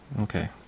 okay